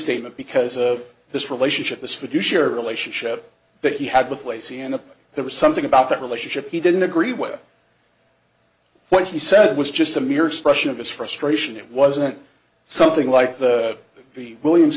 statement because of this relationship this would you share a relationship that he had with lacey and there was something about that relationship he didn't agree with what he said was just a mere expression of his frustration it wasn't something like the williams